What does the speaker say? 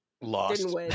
lost